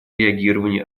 реагирования